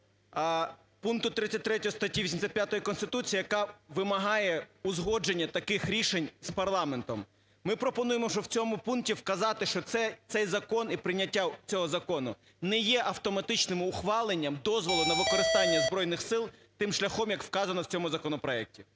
пункту 33 статті 85 Конституції, яка вимагає узгодження таких рішень з парламентом. Ми пропонуємо, щоб в цьому пункті вказати, що цей закон і прийняття цього закону не є автоматичним ухваленням дозволу на використання Збройних Сил, тим шляхом як вказано в цьому законопроекті.